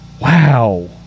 Wow